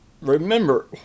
remember